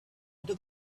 into